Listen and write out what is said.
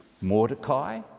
Mordecai